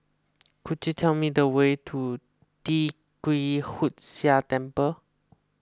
could you tell me the way to Tee Kwee Hood Sia Temple